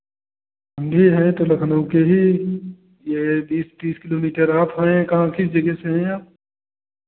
हम भी हैं तो लखनऊ के ही ये बीस तीस किलोमीटर आप हैं कहाँ किस जगह से हैं आप